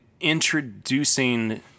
introducing